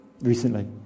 recently